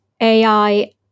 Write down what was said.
AI